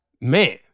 man